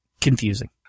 confusing